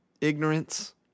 ignorance